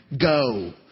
go